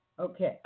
Okay